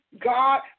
God